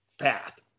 path